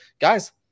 Guys